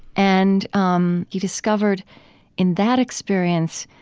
and um he discovered in that experience